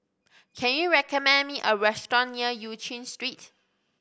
can you recommend me a restaurant near Eu Chin Street